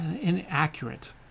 inaccurate